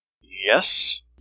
Yes